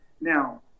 Now